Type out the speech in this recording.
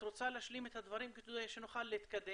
את רוצה להשלים את הדברים כדי שנוכל להתקדם?